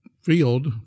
field